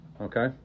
Okay